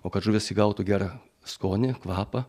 o kad žuvis įgautų gerą skonį kvapą